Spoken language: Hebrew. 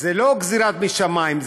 זה לא גזרה משמיים,